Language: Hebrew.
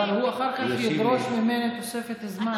אבל אחר כך הוא ידרוש ממני תוספת זמן,